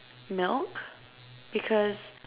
milk because